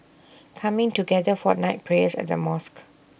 coming together for night prayers at the mosque